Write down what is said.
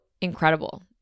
incredible